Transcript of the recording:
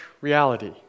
reality